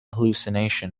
hallucination